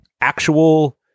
actual